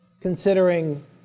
Considering